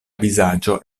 vizaĝo